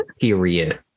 Period